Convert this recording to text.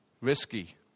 Risky